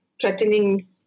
threatening